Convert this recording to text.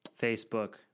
Facebook